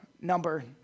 number